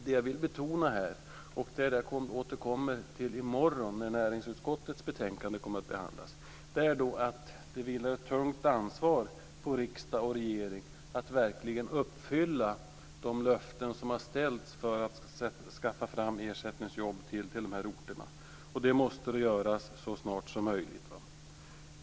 Det jag vill betona - och det som jag återkommer till i morgon när näringsutskottets betänkande behandlas - är att det vilar ett tungt ansvar på riksdag och regering att verkligen uppfylla de löften som har ställts för att skaffa fram ersättningsjobb till dessa orter, och det måste göras så snart som möjligt.